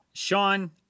Sean